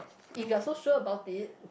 if you're so sure about it